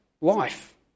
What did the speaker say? life